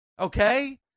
okay